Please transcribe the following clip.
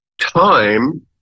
time